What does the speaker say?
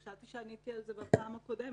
חשבתי שעניתי על זה בפעם הקודמת.